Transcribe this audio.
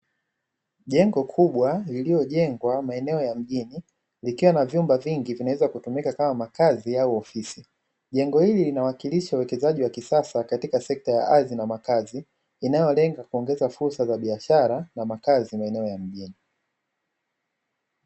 Jengo kubwa lililojengwa maeneo ya mjini likiwa na vyumba vingi vinaweza kutumika kama makazi au ofisi; jengo hili linawakilisha uwekezaji wa kisasa katika sekta ya ardhi na makazi inayolenga kuongeza fursa za biashara na makazi maeneo ya mjini.